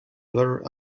there